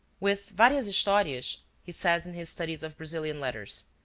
with varias historias, he says in his studies of brazilian letters,